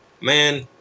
Man